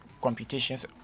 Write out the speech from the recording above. computations